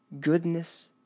goodness